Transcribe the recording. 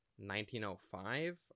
1905